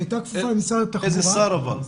היא הייתה כפופה למשרד התחבורה --- איזה שר אבל?